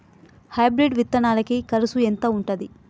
Hybrid విత్తనాలకి కరుసు ఎంత ఉంటది?